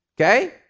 Okay